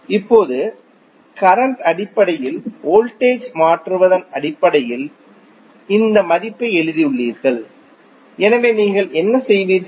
இப்போது கரண்ட் அடிப்படையில் வோல்டேஜ் மாற்றுவதன் அடிப்படையில் இந்த மதிப்பை எழுதியுள்ளீர்கள் எனவே நீங்கள் என்ன செய்வீர்கள்